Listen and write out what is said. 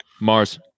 Mars